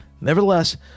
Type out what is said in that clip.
Nevertheless